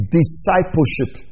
discipleship